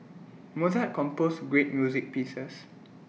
Mozart composed great music pieces